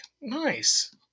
nice